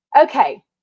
Okay